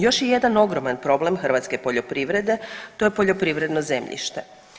Još je jedan ogroman problem hrvatske poljoprivrede, to je poljoprivredno zemljište.